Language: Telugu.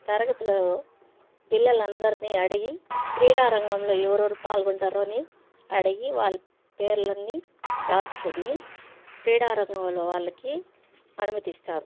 తరగతిలో పిల్లలందరినీ అడిగి క్రీడారంగంలో ఎవరెవరు పాల్గొంటారో అని అడిగి వారి పేర్లన్నీ రాస్కొని క్రీడారంగంలో వాళ్ళకి అనుమతిస్తారు